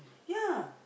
ya